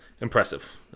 impressive